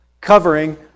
covering